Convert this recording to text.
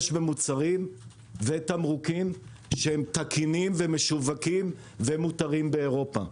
במוצרים ותמרוקים שהם תקינים והם משווקים והם מותרים באירופה.